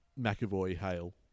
McAvoy-Hale